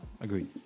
Agreed